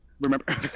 Remember